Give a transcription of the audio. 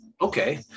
Okay